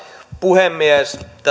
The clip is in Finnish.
puhemies